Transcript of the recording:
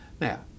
Now